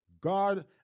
God